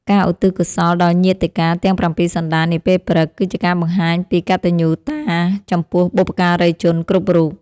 ការឧទ្ទិសកុសលដល់ញាតិការទាំងប្រាំពីរសន្តាននាពេលព្រឹក គឺជាការបង្ហាញពីកតញ្ញូតាចំពោះបុព្វការីជនគ្រប់រូប។